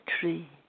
tree